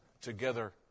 together